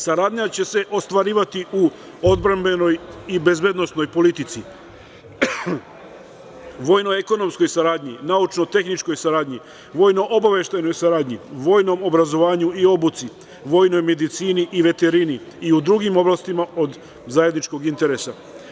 Saradnja će se ostvarivati u, odbrambenoj i bezbednosnoj politici, vojno-ekonomskoj saradnji, naučno-tehničkoj saradnji, vojno-obaveštajnoj saradnji, vojnom obrazovanju i obuci, vojnoj medicini i veterini i u drugim oblastima od zajedničkog interesa.